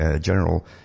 General